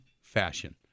fashion